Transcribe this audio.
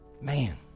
Man